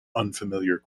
unfamiliar